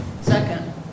Second